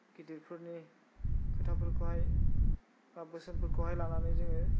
गिदिरफोरनि खोथाफोरखौहाय बा बोसोनफोरखौहाय लानानै जोङो